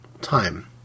time